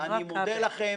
אני מודה לכם.